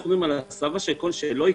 אנחנו מדברים על הסבה של אלה שלא ייקלטו.